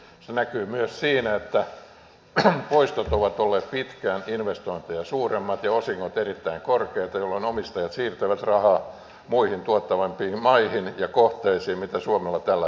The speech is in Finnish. se näkyy myös siinä että poistot ovat olleet pitkään investointeja suuremmat ja osingot erittäin korkeita jolloin omistajat siirtävät rahaa muihin tuottavampiin maihin ja kohteisiin kuin suomella tällä hetkellä on tarjolla